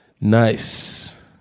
Nice